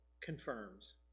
confirms